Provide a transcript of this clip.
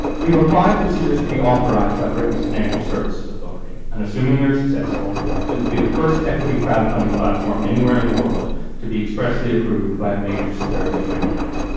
we have applied for seedrs to be authorized by britain's financial services authority, and assuming we are successful it will be the first equity crowdfunding platform anywhere in the world to be expressly approved by a major securities regulator.